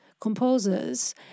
composers